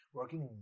working